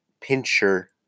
pincher